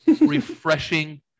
refreshing